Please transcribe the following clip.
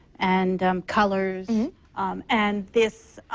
and colors and this